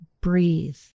breathe